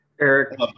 Eric